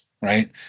right